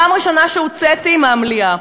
פעם ראשונה שהוּצאתי מהמליאה.